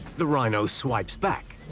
the rhino swipes back.